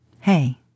Hey